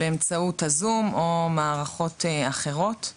באמצעות הזום או מערכות אחרות.